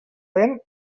vent